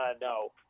no